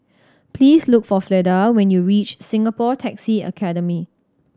please look for Fleda when you reach Singapore Taxi Academy